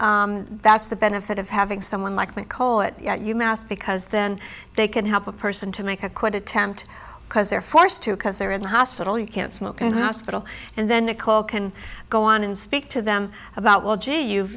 that's the benefit of having someone like me call it u mass because then they can help a person to make a quit attempt because they're forced to because they're in the hospital you can't smoke in hospital and then to call can go on and speak to them about well gee you